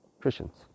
christians